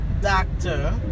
doctor